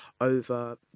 over